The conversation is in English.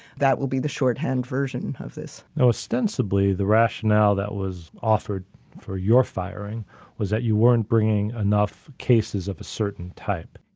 that will be the shorthand version of this. ostensibly, the rationale that was offered for your firing was that you weren't bringing enough cases of a certain type.